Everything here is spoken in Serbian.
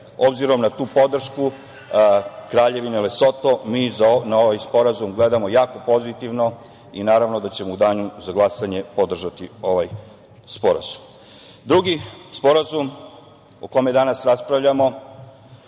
obzirom na tu podršku Kraljevine Lesoto mi na ovaj sporazum gledamo jako pozitivno i naravno da ćemo u danu za glasanje podržati ovaj sporazum. Drugi sporazum o kome danas raspravljamo